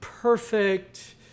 perfect